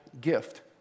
gift